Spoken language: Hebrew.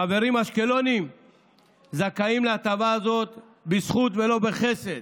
חברים אשקלונים זכאים להטבה הזאת בזכות ולא בחסד.